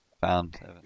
found